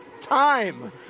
time